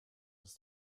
aus